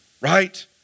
right